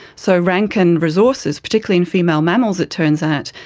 so rank and resources, particularly in female mammals, it turns out,